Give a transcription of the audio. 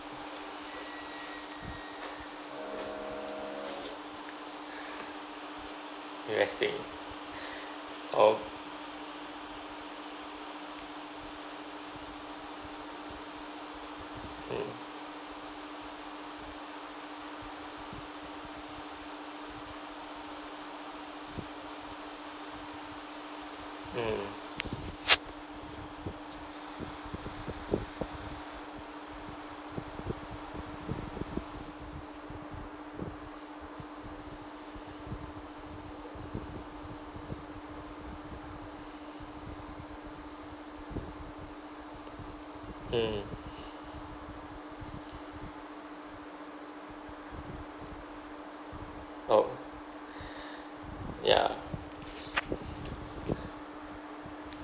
investing oh mm mm mm oh ya